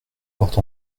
porte